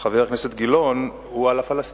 חבר הכנסת גילאון, הוא על הפלסטינים.